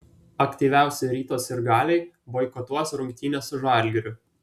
aktyviausi ryto sirgaliai boikotuos rungtynes su žalgiriu